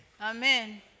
Amen